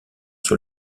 sur